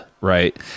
right